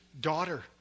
daughter